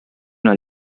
una